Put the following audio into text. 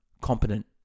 competent